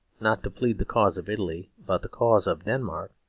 not to plead the cause of italy but the cause of denmark,